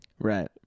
right